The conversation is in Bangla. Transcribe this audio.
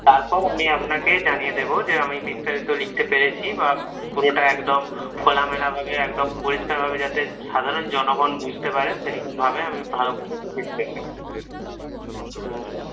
তারপর আমি আপনাকে জানিয়ে দেবো যে আমি বিস্তারিত লিখতে পেরেছি বা পুরোটা একদম খোলামেলাভাবে একদম পরিষ্কারভাবে যাতে সাধারণ জনগণ বুঝতে পারে সেরকমভাবে আমি ভালো করে লিখেছি ব্যাপারটা হুম